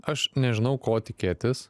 aš nežinau ko tikėtis